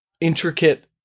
intricate